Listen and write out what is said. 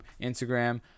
Instagram